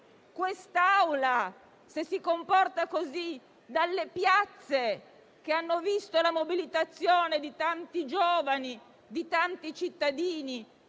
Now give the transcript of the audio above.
quest'Assemblea, se si comporta, così dalle piazze che hanno visto la mobilitazione di tanti giovani e cittadini?